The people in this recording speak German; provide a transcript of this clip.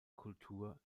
kultur